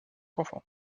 enfants